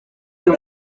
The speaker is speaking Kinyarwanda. iyo